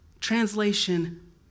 Translation